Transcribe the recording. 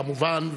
כמובן,